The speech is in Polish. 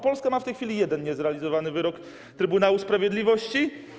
Polska ma w tej chwili jeden niezrealizowany wyrok Trybunału Sprawiedliwości.